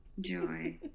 Joy